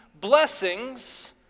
blessings